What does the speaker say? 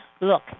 look